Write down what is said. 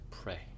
Pray